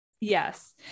Yes